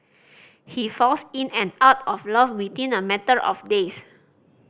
he falls in and out of love within a matter of days